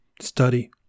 study